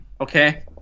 Okay